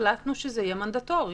והחלטנו שזה יהיה מנדטורי,